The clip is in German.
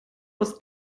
aus